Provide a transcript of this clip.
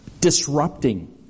disrupting